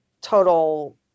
total